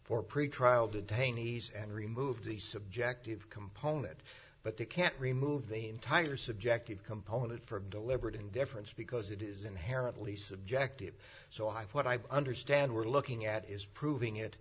for pretrial detainees and remove the subjective component but they can't remove the entire subjective component from deliberate indifference because it is inherently subjective so what i understand we're looking at is proving it